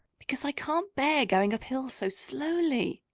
because i can't bear going uphill so slowly.